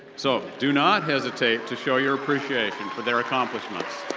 so do not hesitate to show your appreciation for their accomplishments.